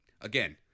Again